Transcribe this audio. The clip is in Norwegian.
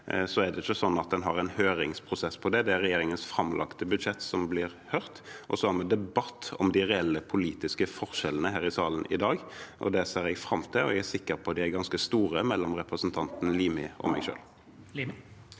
periode, ikke sånn at en har en høringsprosess på det. Det er regjeringens framlagte budsjett som blir hørt, og så har vi debatt om de reelle politiske forskjellene her i salen i dag. Det ser jeg fram til, og jeg er sikker på de er ganske store mellom representanten Limi og meg selv. Hans